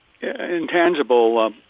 Intangible